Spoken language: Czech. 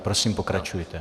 Prosím pokračujte.